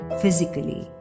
physically